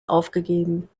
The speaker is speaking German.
aufgegeben